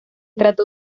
trató